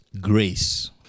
grace